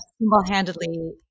single-handedly